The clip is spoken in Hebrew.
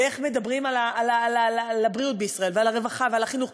ואיך מדברים על הבריאות בישראל ועל הרווחה ועל החינוך,